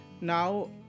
now